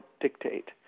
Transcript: dictate